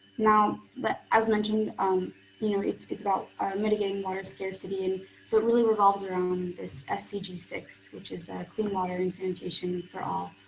now but as mentioned um you know it's it's about mitigating water scarcity and so it really revolves around this s d g six which is a clean water and sanitation for all